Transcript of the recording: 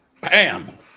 bam